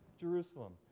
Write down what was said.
Jerusalem